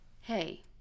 hey